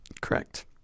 Correct